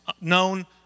known